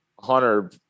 Hunter